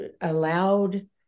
allowed